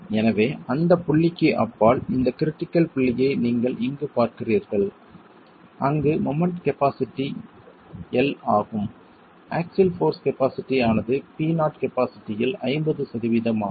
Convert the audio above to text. எனவே அந்த புள்ளிக்கு அப்பால் இந்த கிரிட்டிகள் புள்ளியை நீங்கள் இங்கு பார்க்கிறீர்கள் அங்கு மொமெண்ட் கபாஸிட்டி 1 ஆகும் ஆக்ஸில் போர்ஸ் கபாஸிட்டி ஆனது P0 கபாஸிட்டியில் 50 சதவீதம் ஆகும்